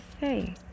say